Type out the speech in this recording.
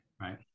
right